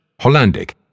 Hollandic